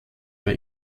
bei